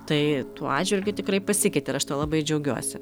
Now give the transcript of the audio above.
tai tuo atžvilgiu tikrai pasikeitė ir aš tuo labai džiaugiuosi